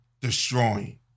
destroying